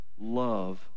love